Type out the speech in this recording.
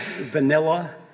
vanilla